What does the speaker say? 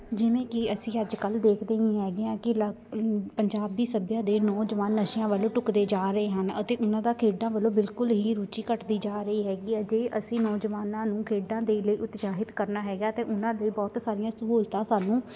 ਜਿਵੇਂ ਕਿ ਅਸੀਂ ਅੱਜ ਕੱਲ੍ਹ ਦੇਖਦੇ ਹੀ ਹੈਗੇ ਆ ਕਿ ਲ ਪੰਜਾਬੀ ਸੱਭਿਆ ਦੇ ਨੌਜਵਾਨ ਨਸ਼ਿਆਂ ਵੱਲੋਂ ਢੁੱਕਦੇ ਜਾ ਰਹੇ ਹਨ ਅਤੇ ਉਹਨਾਂ ਦਾ ਖੇਡਾਂ ਵੱਲੋਂ ਬਿਲਕੁਲ ਹੀ ਰੁਚੀ ਘੱਟਦੀ ਜਾ ਰਹੀ ਹੈਗੀ ਹੈ ਜੇ ਅਸੀਂ ਨੌਜਵਾਨਾਂ ਨੂੰ ਖੇਡਾਂ ਦੇ ਲਈ ਉਤਸ਼ਾਹਿਤ ਕਰਨਾ ਹੈਗਾ ਅਤੇ ਉਹਨਾਂ ਦੇ ਬਹੁਤ ਸਾਰੀਆਂ ਸਹੂਲਤਾਂ ਸਾਨੂੰ